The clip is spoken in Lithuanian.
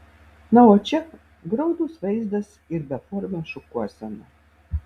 na o čia graudus vaizdas ir beformė šukuosena